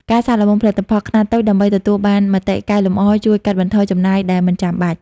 ការសាកល្បងផលិតផលខ្នាតតូចដើម្បីទទួលបានមតិកែលម្អជួយកាត់បន្ថយចំណាយដែលមិនចាំបាច់។